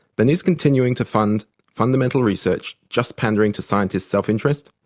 then is continuing to fund fundamental research just pandering to scientists' self-interest?